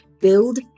build